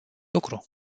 lucru